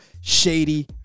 Shady